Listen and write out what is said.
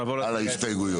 נעבור להצבעה על הסתייגויות